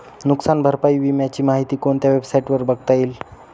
नुकसान भरपाई विम्याची माहिती कोणत्या वेबसाईटवर बघता येईल?